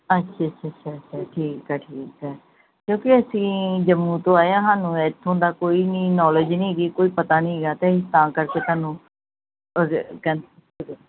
ਅੱਛਾ ਅੱਛਾ ਅੱਛਾ ਅੱਛਾ ਅੱਛਾ ਠੀਕ ਹੈ ਠੀਕ ਹੈ ਕਿਉਂਕਿ ਅਸੀਂ ਜੰਮੂ ਤੋਂ ਆਏ ਆ ਸਾਨੂੰ ਇੱਥੋਂ ਦਾ ਕੋਈ ਨਹੀਂ ਨੌਲੇਜ ਨਹੀਂ ਹੈਗੀ ਕੋਈ ਪਤਾ ਨਹੀਂ ਹੈਗਾ ਤੇ ਅਸੀਂ ਤਾਂ ਕਰਕੇ ਤੁਹਾਨੂੰ